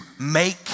make